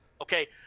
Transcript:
Okay